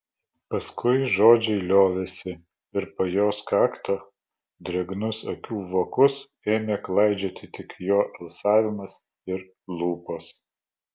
paskui žodžiai liovėsi ir po jos kaktą drėgnus akių vokus ėmė klaidžioti tik jo alsavimas ir lūpos